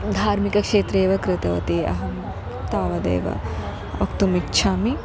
धार्मिकक्षेत्रे एव कृतवती अहं तावदेव वक्तुम् इच्छामि